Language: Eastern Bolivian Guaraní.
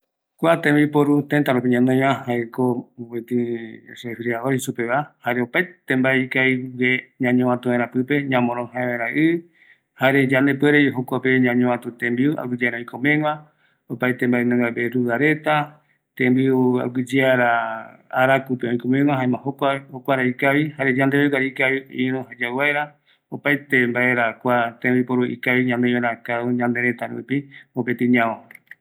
Kuako jae tembiporu ikavigue, ñañovatu vaera yanderembiu, jare ñamoröïja vaera ɨ, kua jae ikavi yae ñanoi vaera, aguiyeara öikomegua yandegui tembiu reta